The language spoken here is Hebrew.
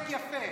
זה מתחלק יפה.